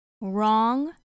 wrong